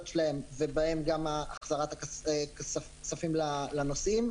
שלהן ובהן גם החזרת הכספים לנוסעים,